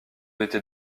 était